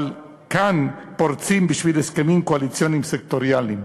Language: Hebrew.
אבל כאן פורצים בשביל הסכמים קואליציוניים סקטוריאליים.